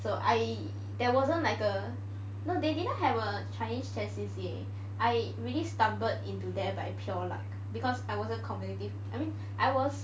so I there wasn't like a no they didn't have a chinese chess C_C_A I really stumbled into there by pure luck because I wasn't competitive I mean I was